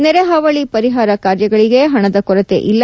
ನೆರೆ ಹಾವಳಿ ಪರಿಹಾರ ಕಾರ್ಯಗಳಿಗೆ ಹಣದ ಕೊರತೆ ಇಲ್ಲ